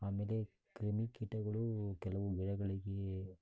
ಆಮೇಲೆ ಕ್ರಿಮಿಕೀಟಗಳು ಕೆಲವು ಗಿಡಗಳಿಗೆ